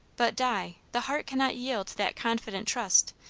but, di, the heart cannot yield that confident trust,